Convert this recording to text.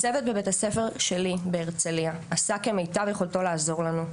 הצוות בבית הספר שלי בהרצליה עשה כמיטב יכולתו לעזור לנו,